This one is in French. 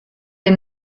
des